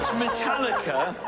metallica.